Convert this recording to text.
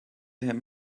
him